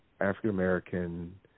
African-American